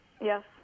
Yes